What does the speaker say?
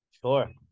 sure